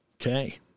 Okay